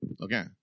Okay